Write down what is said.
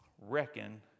reckon